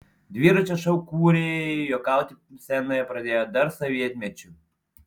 dviračio šou kūrėjai juokauti scenoje pradėjo dar sovietmečiu